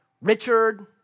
Richard